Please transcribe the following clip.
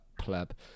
pleb